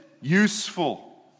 useful